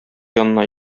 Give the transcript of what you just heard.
янына